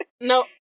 No